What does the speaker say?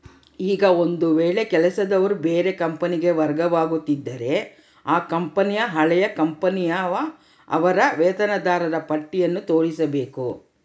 ಈಗ ಒಂದು ವೇಳೆ ಕೆಲಸದವರು ಬೇರೆ ಕಂಪನಿಗೆ ವರ್ಗವಾಗುತ್ತಿದ್ದರೆ ಆ ಕಂಪನಿಗೆ ಹಳೆಯ ಕಂಪನಿಯ ಅವರ ವೇತನದಾರರ ಪಟ್ಟಿಯನ್ನು ತೋರಿಸಬೇಕು